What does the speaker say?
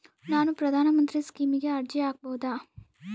ನಾನು ಪ್ರಧಾನ ಮಂತ್ರಿ ಸ್ಕೇಮಿಗೆ ಅರ್ಜಿ ಹಾಕಬಹುದಾ?